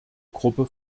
gruppe